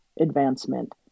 advancement